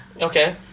Okay